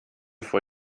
vor